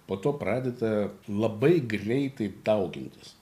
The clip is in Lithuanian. po to pradeda labai greitai daugintis